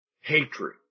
hatred